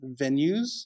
venues